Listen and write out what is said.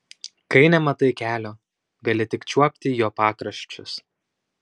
kai nematai kelio gali tik čiuopti jo pakraščius